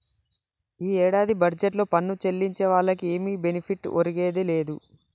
ఈ ఏడాది బడ్జెట్లో పన్ను సెల్లించే వాళ్లకి ఏమి బెనిఫిట్ ఒరిగిందే లేదు